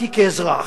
נעלבתי כאזרח,